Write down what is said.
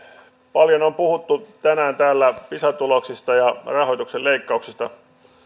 paljon on puhuttu tänään täällä pisa tuloksista ja rahoituksen leikkauksista